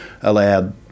allowed